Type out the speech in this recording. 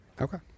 Okay